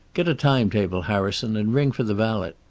get a time-table, harrison, and ring for the valet.